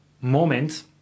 moment